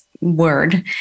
word